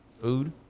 Food